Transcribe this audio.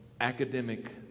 academic